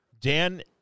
Dan